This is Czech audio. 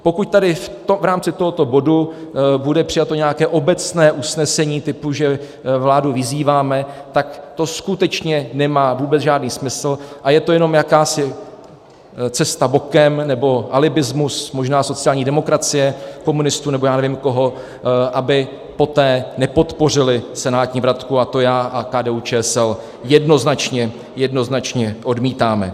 Pokud tady v rámci tohoto bodu bude přijato nějaké obecné usnesení typu, že vládu vyzýváme, tak to skutečně nemá vůbec žádný smysl a je to jenom jakási cesta bokem, nebo alibismus možná sociální demokracie, komunistů nebo já nevím koho, aby poté nepodpořili senátní vratku, a to já a KDUČSL jednoznačně, jednoznačně odmítáme.